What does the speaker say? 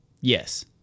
yes